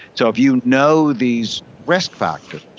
so if you know these risk factors,